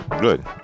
good